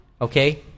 okay